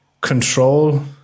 control